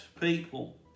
people